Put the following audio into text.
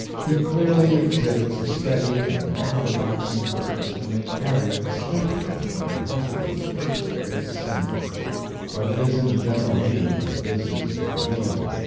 he clearly exhibits a steady and never-relaxing purpose to make harriet the scapegoat for her husband's first great sin but it is in the general view that this is revealed,